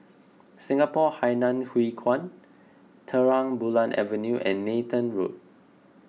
Singapore Hainan Hwee Kuan Terang Bulan Avenue and Nathan Road